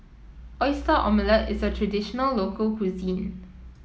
Oyster Omelette is a traditional local cuisine